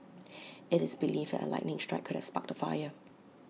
IT is believed that A lightning strike could have sparked the fire